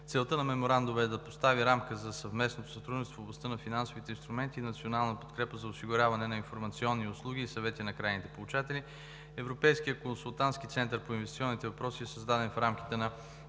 Целта на Меморандума е да постави рамка за съвместното сътрудничество в областта на финансовите инструменти и национална подкрепа за осигуряването на информационни услуги и съвети на крайните получатели. Европейският консултантски център по инвестиционните въпроси е създаден в рамките на